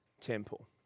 temple